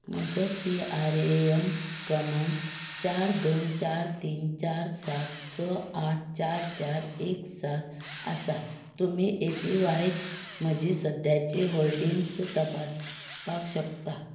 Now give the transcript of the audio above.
म्हजो P R A N क्रमांक चार दोन चार तीन चार सात स आठ चार चार एक सात आसा तुमी ए पी व्हायत म्हजी सद्याची होल्डिंग्स तपासपाक शकतात